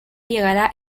llegara